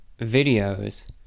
videos